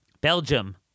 Belgium